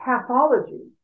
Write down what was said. pathology